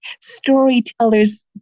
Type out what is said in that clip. Storytellers